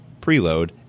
preload